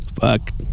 Fuck